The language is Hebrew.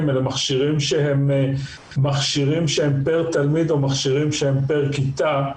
מכשירים שהם פר תלמיד או מכשירים שהם פר כיתה.